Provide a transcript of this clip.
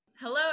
Hello